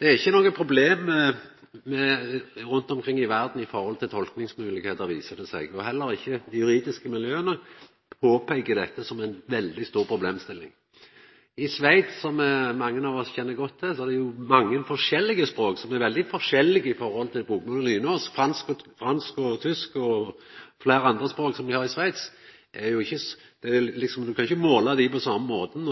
Det er ikkje noko problem rundt omkring i verda når det gjeld tolkingsmoglegheiter, viser det seg, og heller ikkje dei juridiske miljøa peikar på dette som ei veldig stor problemstilling. I Sveits, som mange kjenner godt til, er det mange forskjellige språk som er veldig forskjellige frå bokmål og nynorsk. Fransk og tysk og fleire andre språk som dei har i Sveits, kan ein ikkje måla på same måten.